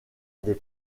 des